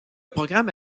programme